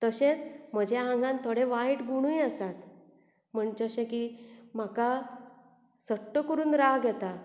तशेंच म्हज्या आंगान थोडें वायट गुणूय आसात म्हण जशें की म्हाका सट्ट करुन राग येता